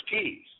keys